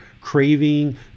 craving